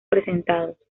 presentados